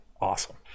awesome